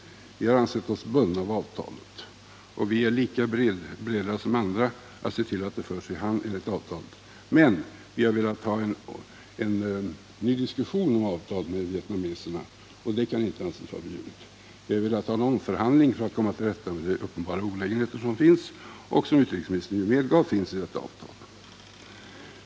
Vi har ansett oss bundna av avtalet, och vi är lika beredda som andra att se till att projektet förs i hamn enligt avtalet. Men vi har velat ha en ny diskussion om avtalet med vietnameserna — och det kan inte anses vara förbjudet. Vi har velat ha en omförhandling för att komma till rätta med de uppenbara olägenheter som finns och som utrikesministern medgav finns i avtalet.